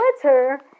Twitter